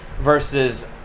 versus